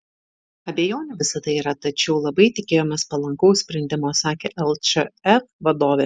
abejonių visada yra tačiau labai tikėjomės palankaus sprendimo sakė lčf vadovė